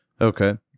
Okay